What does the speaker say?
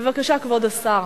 בבקשה, כבוד השר.